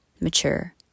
mature